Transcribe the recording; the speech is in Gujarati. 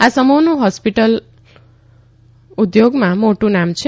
આ સમૂહનું હોસ્પિટલ ઉદ્યોગમાં મોટું નામ છે